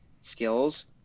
skills